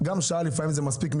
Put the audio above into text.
לפעמים גם שעה מספיקה.